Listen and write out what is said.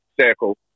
circle